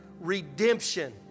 redemption